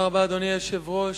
אדוני היושב-ראש,